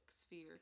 sphere